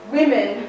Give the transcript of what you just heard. Women